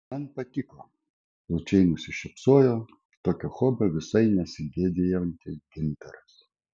man patiko plačiai nusišypsojo tokio hobio visai nesigėdijantis gintaras